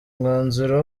umwanzuro